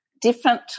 different